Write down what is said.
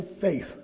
faith